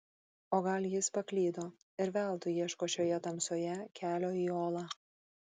o gal jis paklydo ir veltui ieško šioje tamsoje kelio į olą